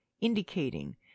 indicating